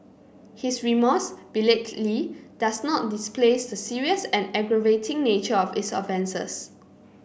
his remorse belatedly does not displace the serious and aggravating nature of his offences